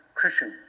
Christian